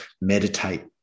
meditate